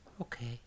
Okay